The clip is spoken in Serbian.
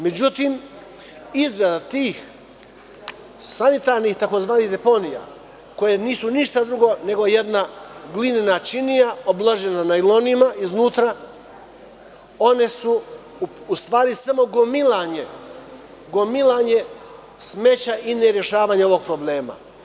Međutim, izrada tih sanitarnih tzv. deponija koje nisu ništa drugo nego jedna glinena činija obložena najlonima iznutra, one su u stvari samo gomilanje smeća i nerešavanje ovog problema.